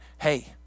hey